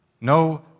no